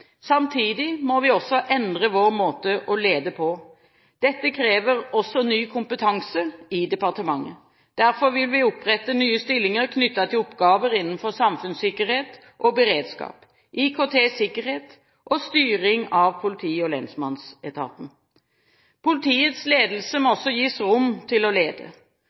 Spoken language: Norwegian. Samtidig må vi også endre vår måte å lede på. Dette krever også ny kompetanse i departementet. Derfor vil vi opprette nye stillinger knyttet til oppgaver innenfor samfunnssikkerhet og beredskap, IKT-sikkerhet og styring av politi- og lensmannsetaten. Politiets ledelse må også gis rom til å lede.